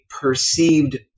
perceived